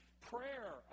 prayer